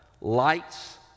lights